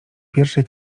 pierwszej